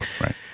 right